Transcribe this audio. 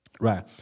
Right